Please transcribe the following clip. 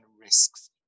risks